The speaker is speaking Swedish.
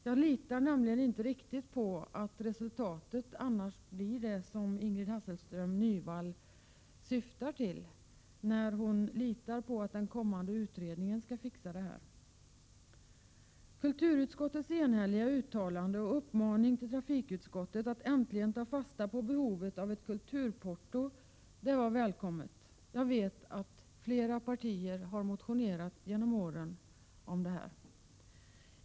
Jag litar nämligen inte riktigt på, vilket Ingrid Hasselström Nyvall tycks göra, att den kommande utredningen skall kunna lösa denna fråga. Kulturutskottets enhälliga uttalande och uppmaning till trafikutskottet att äntligen ta fasta på behovet av ett kulturporto var välkommet. Jag vet att flera partier under åren har motionerat om den saken.